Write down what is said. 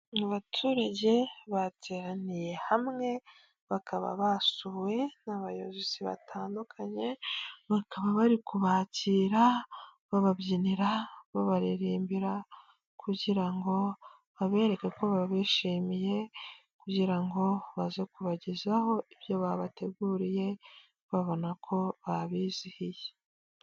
Mu baturage bateraniye hamwe bakaba basuwe n'abayobozi batandukanye, bakaba bari kubakira bababyinira, babaririmbira kugira ngo babereke ko babishimiye, kugira ngo baze kubagezaho ibyo babateguriye babona ko babizihiye.